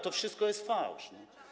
To wszystko jest fałsz.